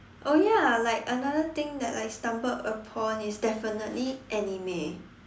oh ya like another thing that I stumbled upon is definitely anime